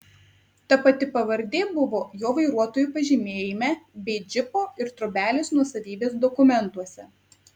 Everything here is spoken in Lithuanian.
ta pati pavardė buvo jo vairuotojo pažymėjime bei džipo ir trobelės nuosavybės dokumentuose